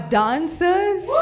dancers